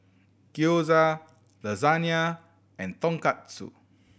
Gyoza Lasagne and Tonkatsu